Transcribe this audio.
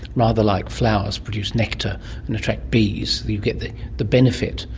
rather like flowers produce nectar and attract bees, you get the the benefit.